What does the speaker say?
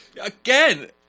Again